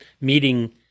meeting